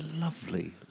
lovely